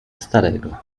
starego